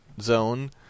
zone